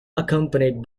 accompanied